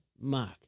mark